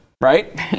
Right